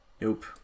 nope